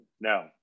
No